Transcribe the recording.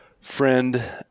friend